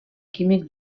químic